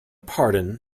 pardon